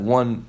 one